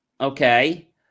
okay